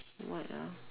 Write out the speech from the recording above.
what ah